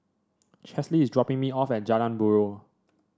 Chesley is dropping me off at Jalan Buroh